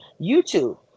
YouTube